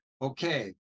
Okay